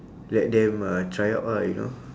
let them uh try out ah you know